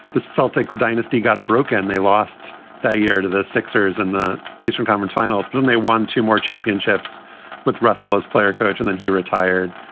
the celltex dynasty got broken. they lost that year to the sixers in the eastern conference finals. but then they won two more championships with russell as player coach and than. he retired.